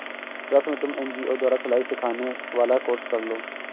रश्मि तुम एन.जी.ओ द्वारा सिलाई सिखाने वाला कोर्स कर लो